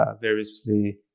variously